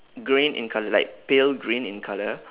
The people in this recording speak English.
green in colour like pale green in colour